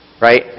Right